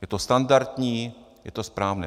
Je to standardní, je to správné.